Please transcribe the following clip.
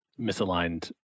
misaligned